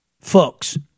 folks